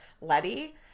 Letty